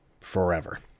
forever